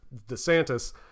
DeSantis